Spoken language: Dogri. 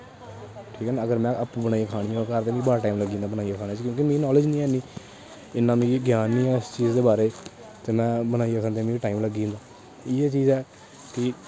ठीक ऐ ना अगर में आपूं बनाई खानी होऐ घर ते मी बड़ा टाइम लग्गी जंदा बनाई खाने गी क्योंकि मी नालेज इन्नी हैनी इन्ना मिगी ज्ञान नेईं ऐ उस चीज दे बारे च ते में बनाइयै खंदे मिगी टाइम ल्गगी जंदा इ'यै चीज ऐ कि